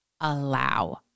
allow